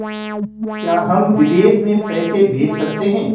क्या हम विदेश में पैसे भेज सकते हैं?